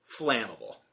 flammable